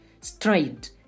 stride